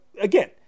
Again